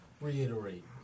Reiterate